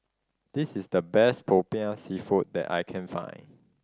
this is the best Popiah Seafood that I can find